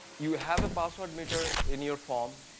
you have a password meter in your form,